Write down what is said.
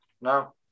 no